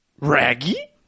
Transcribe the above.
Raggy